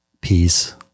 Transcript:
peace